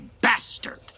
bastard